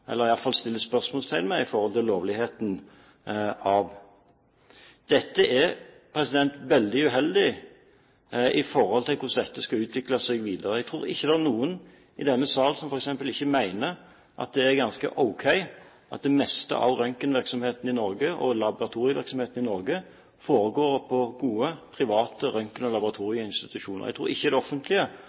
lovligheten av dem. Det er veldig uheldig med tanke på hvordan dette skal utvikle seg videre. Jeg tror ikke det er noen i denne sal som f.eks. ikke mener at det er ganske ok at det meste av røntgen- og laboratorievirksomheten i Norge foregår på gode, private røntgen- og laboratorieinstitusjoner. Jeg tror ikke det offentlige